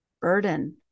burden